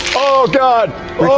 oh god!